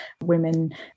women